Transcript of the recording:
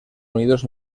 unidos